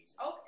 Okay